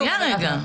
שנייה רגע.